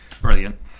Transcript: brilliant